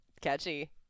Catchy